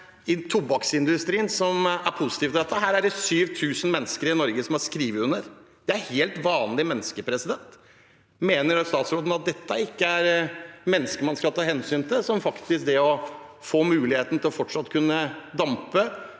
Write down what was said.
er tobakksindustrien som er positiv til dette. Her er det 7 000 mennesker i Norge som har skrevet under. Det er helt vanlige mennesker. Mener statsråden at dette ikke er mennesker man skal ta hensyn til, når det å få muligheten til fortsatt å kunne dampe